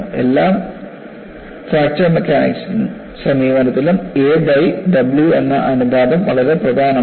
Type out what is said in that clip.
എല്ലാ fracture mechanics സമീപനത്തിലും a by W എന്ന അനുപാതം വളരെ പ്രധാനമാണ്